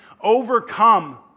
overcome